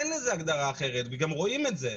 אין לזה הגדרה אחרת וגם רואים את זה.